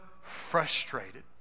frustrated